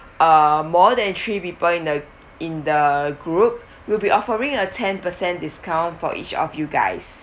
uh more than three people in the in the group we'll be offering a ten percent discount for each of you guys